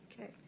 Okay